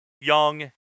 young